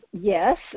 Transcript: Yes